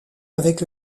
avec